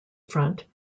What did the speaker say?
front